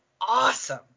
awesome